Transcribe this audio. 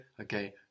Okay